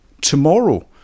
tomorrow